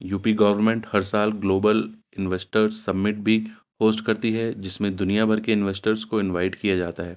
you P government ہر سال global investor summit بھی ہوسٹ کرتی ہے جس میں دنیا بھر کے انویسٹرس کو انوائٹ کیا جاتا ہے